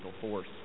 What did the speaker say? force